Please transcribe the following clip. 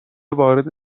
وارد